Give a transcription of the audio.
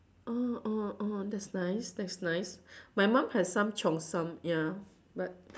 orh orh orh that's nice that's nice my mum has some cheongsam ya but